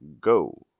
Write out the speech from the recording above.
go